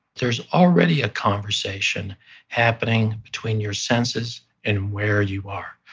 there's already a conversation happening between your senses and where you are.